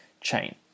chain